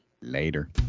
later